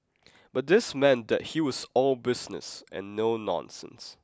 but this meant that he was all business and no nonsense